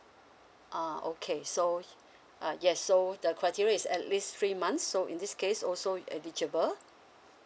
ah okay so uh yes so the criteria is at least three months so in this case also eligible